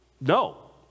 No